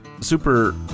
Super